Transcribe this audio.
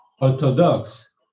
Orthodox